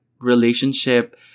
relationship